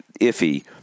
iffy